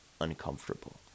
uncomfortable